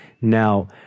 Now